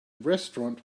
restaurant